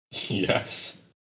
Yes